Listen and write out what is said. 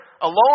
alone